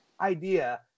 idea